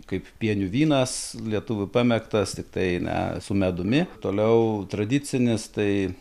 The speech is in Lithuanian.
kaip pienių vynas lietuvių pamėgtas tiktai na su medumi toliau tradicinis tai